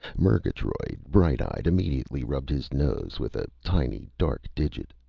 murgatroyd, bright-eyed, immediately rubbed his nose with a tiny dark digit.